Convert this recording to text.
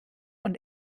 und